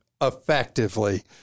effectively